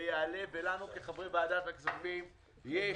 ויעלה ולנו כחברי ועדת הכספים יש